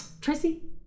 Tracy